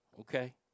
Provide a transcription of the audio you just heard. okay